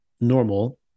normal